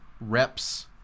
reps